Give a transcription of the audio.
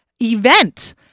event